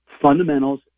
fundamentals